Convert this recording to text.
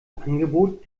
angebot